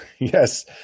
Yes